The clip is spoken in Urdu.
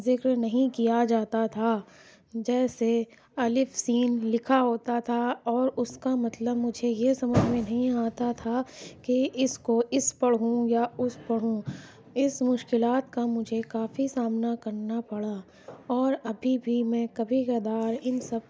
ذکر نہیں کیا جاتا تھا جیسے الف سین لکھا ہوتا تھا اور اس کا مطلب مجھے یہ سمجھ میں نہیں آتا تھا کہ اس کو اس پڑھوں یا اُس پڑھوں اس مشکلات کا مجھے کافی سامنا کرنا پڑا اور ابھی بھی میں کبھی کدھار ان سب